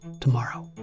tomorrow